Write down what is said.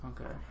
Okay